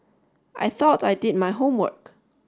I thought I did my homework